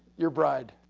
your bride,